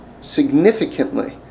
significantly